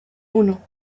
uno